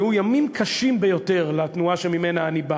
שהיו ימים קשים ביותר לתנועה שממנה אני בא,